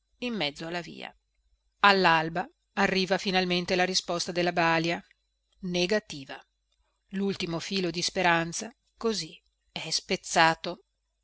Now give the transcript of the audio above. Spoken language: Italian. in mezzo alla via allalba arriva finalmente la risposta della balia negativa lultimo filo di speranza così è spezzato